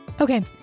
Okay